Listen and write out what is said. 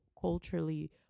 culturally